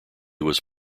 was